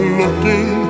looking